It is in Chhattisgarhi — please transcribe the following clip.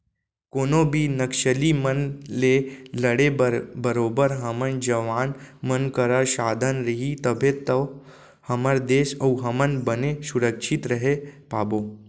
कोनो भी नक्सली मन ले लड़े बर बरोबर हमर जवान मन करा साधन रही तभे तो हमर देस अउ हमन बने सुरक्छित रहें पाबो